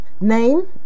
name